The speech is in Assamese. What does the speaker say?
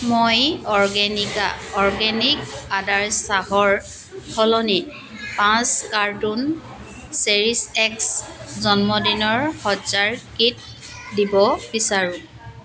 মই অৰ্গেনিকা অৰ্গেনিক আদাৰ চাহৰ সলনি পাঁচ কাৰ্টন চেৰিছ এক্স জন্মদিনৰ সজ্জাৰ কিট দিব বিচাৰোঁ